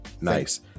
nice